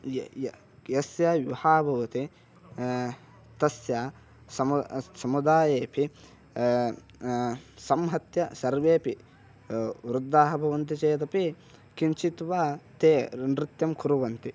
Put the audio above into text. ये य यस्य विवाहः भवति तस्य समु समुदायेपि संहत्य सर्वेपि वृद्धाः भवन्ति चेदपि किञ्चित् वा ते र् नृत्यं कुर्वन्ति